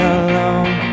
alone